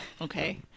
Okay